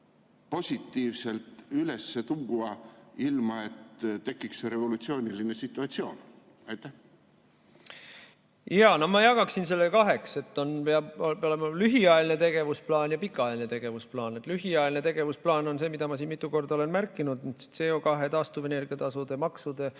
positiivselt üles tuua, ilma et tekiks revolutsiooniline situatsioon? Ma jagaksin selle kaheks. Peab olema lühiajaline tegevusplaan ja pikaajaline tegevusplaan. Lühiajaline tegevusplaan on see, mida ma siin mitu korda olen märkinud: CO2, taastuvenergia tasude, maksude